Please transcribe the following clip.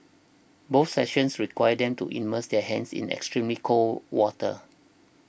both sessions required them to immersed their hands in extremely cold water